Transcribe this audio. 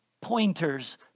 pointers